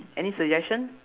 any suggestion